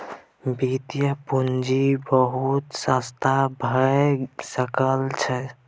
वित्तीय पूंजीक बहुत रस्ता भए सकइ छै